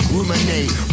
Ruminate